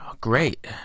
great